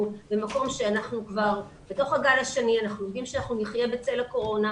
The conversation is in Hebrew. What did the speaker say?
בתוך הגל השני ואנחנו יודעים שאנחנו נחיה בצלה קורונה.